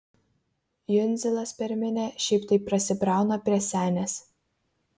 jundzilas per minią šiaip taip prasibrauna prie senės